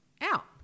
out